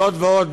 זאת ועוד,